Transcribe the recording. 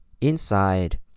Inside